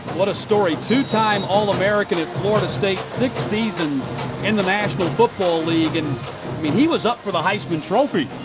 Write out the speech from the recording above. what a story. two-time all-american at florida state, six seasons in the national football league. and i mean he was up for the heisman trophy.